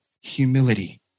humility